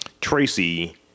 tracy